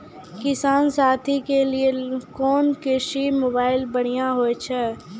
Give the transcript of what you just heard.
किसान साथी के लिए कोन कृषि मोबाइल बढ़िया होय छै?